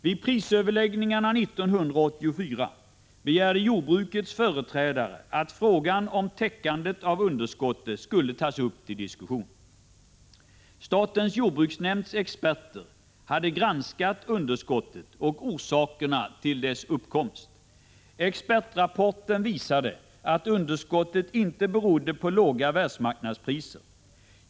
Vid prisöverläggningarna 1984 begärde jordbrukets företrädare att frågan om täckandet av underskottet skulle tas upp till diskussion. Statens jordbruksnämnds experter hade granskat underskottet och orsakerna till dess uppkomst. Expertrapporten visade att underskottet inte berodde på låga världsmarknadspriser.